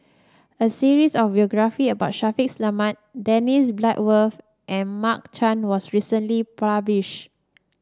a series of biography about Shaffiq Selamat Dennis Bloodworth and Mark Chan was recently published